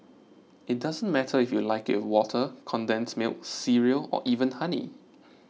it doesn't matter if you like it water condensed milk cereal or even honey